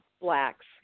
blacks